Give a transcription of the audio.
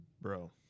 bro